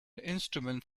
instrument